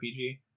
RPG